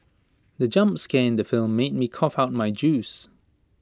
the jump scare in the film made me cough out my juice